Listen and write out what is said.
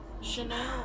chanel